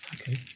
Okay